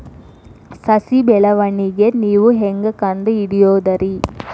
ಸಸಿ ಬೆಳವಣಿಗೆ ನೇವು ಹ್ಯಾಂಗ ಕಂಡುಹಿಡಿಯೋದರಿ?